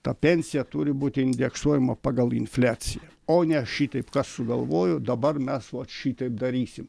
ta pensija turi būti indeksuojama pagal infliaciją o ne šitaip kas sugalvojo dabar mes va šitaip darysim